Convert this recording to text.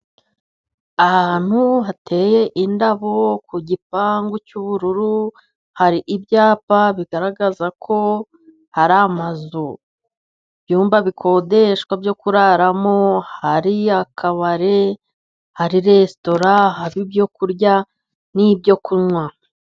Ahantu hateye indabo ku gipangu cy'ubururu, hari ibyapa bigaragaza ko hari amazu, ibyumba bikodeshwa byo kuraramo, hari akabari, hari resitora, haba ibyo kurya n'ibyo kunywa.